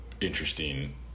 interesting